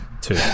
two